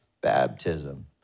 baptism